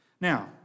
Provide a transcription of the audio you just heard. Now